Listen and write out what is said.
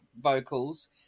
vocals